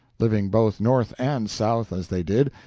living both north and south, as they did,